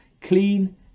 clean